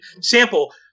sample